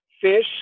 Fish